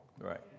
Right